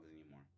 anymore